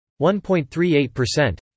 1.38%